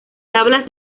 tablas